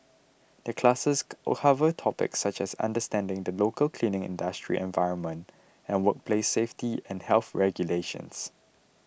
the classes cover topics such as understanding the local cleaning industry environment and workplace safety and health regulations